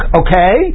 okay